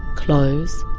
close.